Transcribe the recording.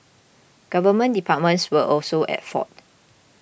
government departments were also at fault